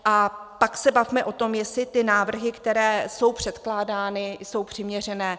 A pak se bavme o tom, jestli ty návrhy, které jsou předkládány, jsou přiměřené.